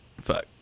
fuck